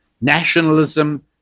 nationalism